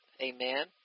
Amen